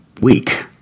week